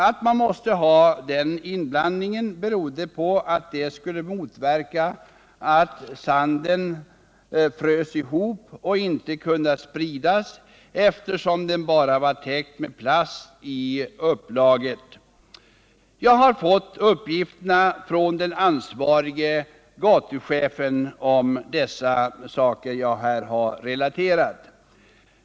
Att man måste ha denna inblandning berodde på att det skulle motverka att sanden frös ihop och inte kunde spridas, eftersom den bara var täckt med plast i upplaget. Jag har fått dessa uppgifter från den ansvarige gatuchefen.